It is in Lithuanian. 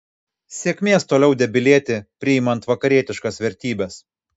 sėkmės toliau debilėti priimant vakarietiškas vertybes